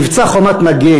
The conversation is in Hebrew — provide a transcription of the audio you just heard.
מבצע "חומת מגן",